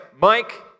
Mike